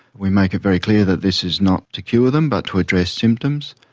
we make it very clear that this is not to cure them but to address symptoms,